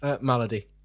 Malady